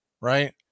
right